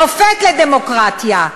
מופת לדמוקרטיה.